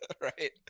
Right